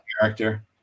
character